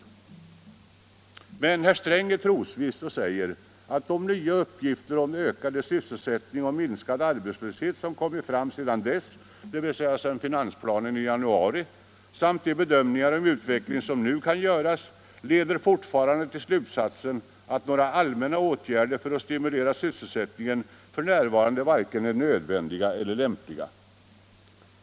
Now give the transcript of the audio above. Men herr Sträng är trosviss och säger att ”de nya uppgifter om ökande sysselsättning och minskande arbetslöshet som kommit fram sedan dess” — dvs. sedan finansplanen lades fram i januari — ”samt de bedömningar om utvecklingen som nu kan göras, leder fortfarande till slutsatsen, att några allmänna åtgärder för att stimulera sysselsättningen f.n. varken är nödvändiga eller lämpliga”.